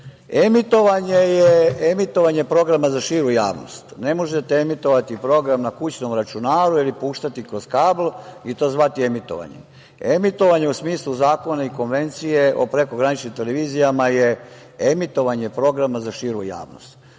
emitovanja. Emitovanje je emitovanje programa za širu javnost. Ne možete emitovati program na kućnom računaru ili puštati kroz kabl i to zvati emitovanjem. Emitovanje u smislu zakona i konvencije o prekograničnim televizijama je emitovanje programa za širu javnost.